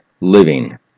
living